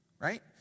right